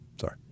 Sorry